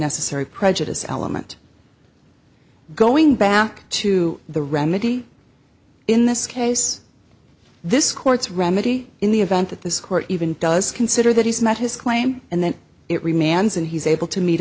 necessary prejudice element going back to the remedy in this case this court's remedy in the event that this court even does consider that he's met his claim and then it remains and he's able to meet